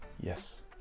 Yes